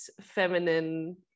feminine